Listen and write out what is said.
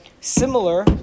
similar